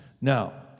Now